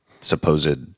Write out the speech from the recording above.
supposed